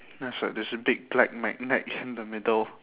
it's like there's a big black magnet in the middle